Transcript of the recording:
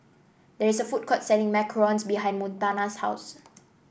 there is a food court selling macarons behind Montana's house